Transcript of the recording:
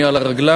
אני על הרגליים,